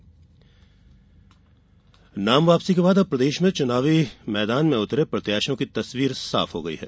नाम वापसी नाम वापसी के बाद अब प्रदेश में चुनावी मैदान में उतरे प्रत्याशियों की तस्वीर साफ हो गई है